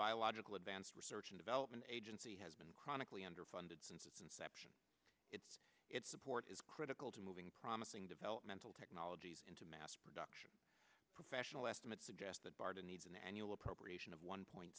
biological advance research and development agency has been chronically underfunded since its inception its its support is critical to moving promising developmental technologies into mass production professional estimates suggest that barton needs an annual appropriation of one point